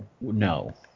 no